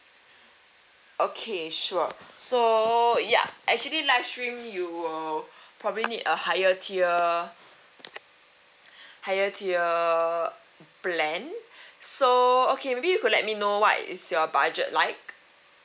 okay sure so ya actually live stream you will probably need a higher tier higher tier plan so okay maybe you could let me know what is your budget like